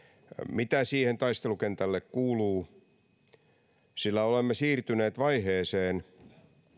mitä siihen taistelukentälle kuuluu sillä olemme siirtyneet vaiheeseen